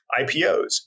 IPOs